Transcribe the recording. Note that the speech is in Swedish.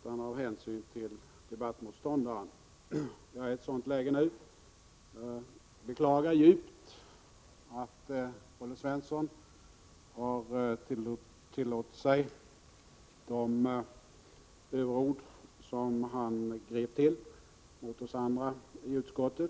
utan av hänsyn till debattmotståndaren. Jag är i ett sådant läge nu. Jag beklagar djupt att Olle Svensson har tillåtit sig att använda de överord som han grep till mot oss andra i utskottet.